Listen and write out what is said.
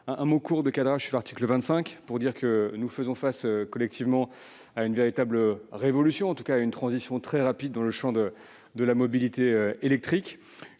commission. S'agissant de l'article 25, nous faisons face collectivement à une véritable révolution, en tout cas à une transition très rapide dans le champ de la mobilité électrique.